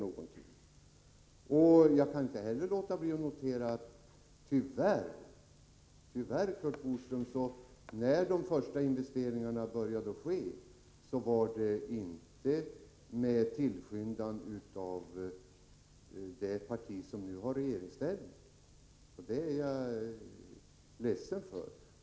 å Jag kan inte heller låta bli att notera, att när de första investeringarna kom till stånd, Curt Boström, skedde detta tyvärr inte på tillskyndan av det parti som nu har regeringsställning. Det är jag ledsen över.